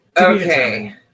Okay